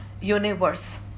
universe